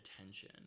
attention